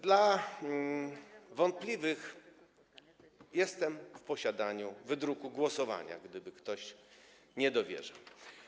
Dla wątpiących jestem w posiadaniu wydruku głosowania, gdyby ktoś nie dowierzał.